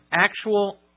actual